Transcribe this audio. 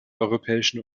europäischen